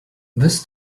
this